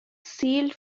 sealed